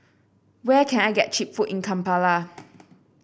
where can I get cheap food in Kampala